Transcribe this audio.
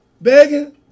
begging